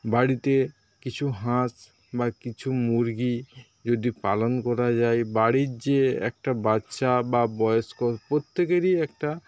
বাড়িতে কিছু হাঁস বা কিছু মুরগী যদি পালন করা যায় বাড়ির যে একটা বাচ্চা বা বয়স্ক প্রত্যেকেরই একটা